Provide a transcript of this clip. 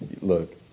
look